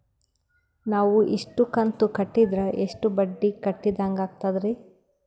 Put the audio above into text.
ನಾವು ಇಷ್ಟು ಕಂತು ಕಟ್ಟೀದ್ರ ಎಷ್ಟು ಬಡ್ಡೀ ಕಟ್ಟಿದಂಗಾಗ್ತದ್ರೀ?